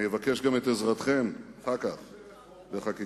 אני אבקש גם את עזרתכם אחר כך בחקיקה.